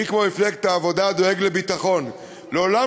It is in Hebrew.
מי כמו מפלגת העבודה, דואג לביטחון?